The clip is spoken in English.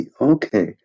Okay